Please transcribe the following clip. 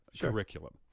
curriculum